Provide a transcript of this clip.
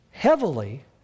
heavily